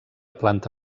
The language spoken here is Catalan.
planta